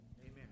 Amen